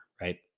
right